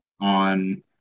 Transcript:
on